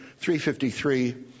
353